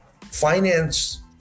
finance